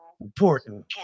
important